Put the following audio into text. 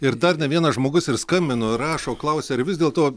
ir dar ne vienas žmogus ir skambino ir rašo klausia ar vis dėlto